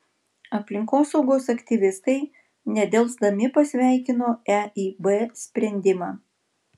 aplinkosaugos aktyvistai nedelsdami pasveikino eib sprendimą